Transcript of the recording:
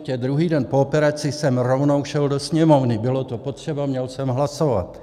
Protože druhý den po operaci jsem rovnou šel do Sněmovny, bylo to potřeba, měl jsem hlasovat.